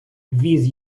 віз